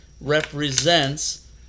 represents